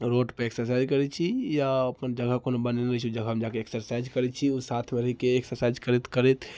road पर exercise करैत छी या अपन जगह कोनो बनेने रहैत छी ओहि जगहमे जाकऽ हमसब एक्ससाइज करैत छी साथमे रहीके एक्ससाइज करैत करैत